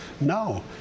no